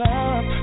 up